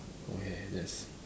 okay that's